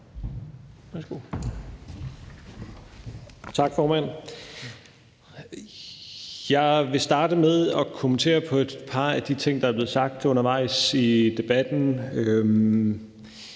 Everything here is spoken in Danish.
Stoklund): Jeg vil starte med at kommentere på et par af de ting, der er blevet sagt undervejs i debatten.